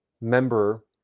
member